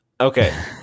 Okay